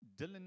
Dylan